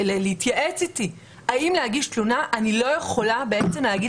להתייעץ איתי האם להגיש תלונה אני לא יכולה להגיד